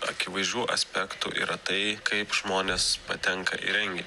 akivaizdžių aspektų yra tai kaip žmonės patenka į rengi